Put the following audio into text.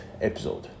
episode